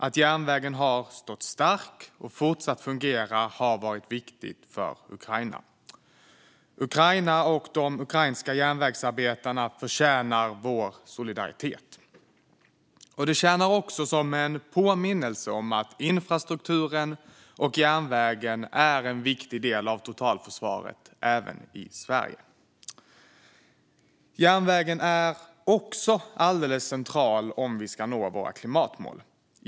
Att järnvägen har stått stark och fortsatt att fungera har varit viktigt för Ukraina. Ukraina och de ukrainska järnvägsarbetarna förtjänar vår solidaritet. Det tjänar också som en påminnelse om att infrastrukturen och järnvägen är en viktig del av totalförsvaret även i Sverige. Järnvägen är också central om vi ska nå våra klimatmål.